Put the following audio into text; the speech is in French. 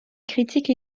critique